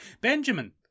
Benjamin